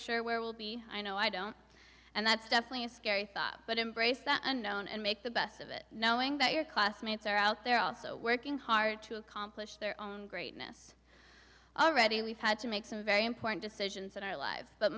sure where will be i know i don't and that's definitely a scary thought but embrace the unknown and make the best of it knowing that your classmates are out there also working hard to accomplish their own greatness already we've had to make some very important decisions in our lives but